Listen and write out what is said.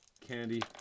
Candy